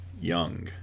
Young